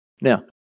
Now